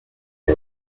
was